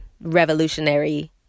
revolutionary